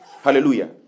Hallelujah